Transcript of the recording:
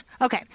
Okay